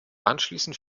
anschließend